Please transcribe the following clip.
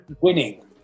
winning